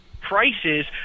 prices